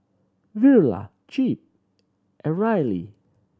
Verla Jep and Rylie